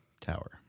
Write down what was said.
Tower